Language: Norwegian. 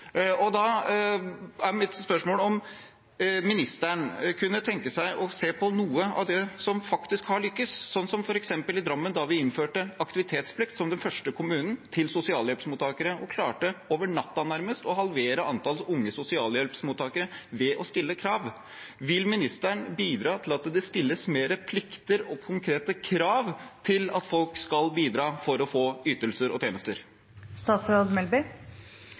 Da er mitt spørsmål: Kunne ministeren tenke seg å se på noe av det som faktisk har lyktes, sånn som f.eks. i Drammen, der vi som den første kommunen innførte aktivitetsplikt for sosialhjelpsmottakere og klarte nærmest over natta å halvere antallet unge sosialhjelpsmottakere ved å stille krav? Vil ministeren bidra til at det blir flere plikter og stilles mer konkrete krav om at folk skal bidra for å få ytelser og